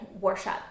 worship